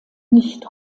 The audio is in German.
nicht